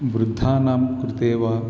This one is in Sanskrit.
वृद्धानां कृते वा